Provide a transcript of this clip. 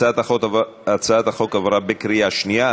הצעת החוק עברה בקריאה שנייה.